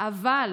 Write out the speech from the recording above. אבל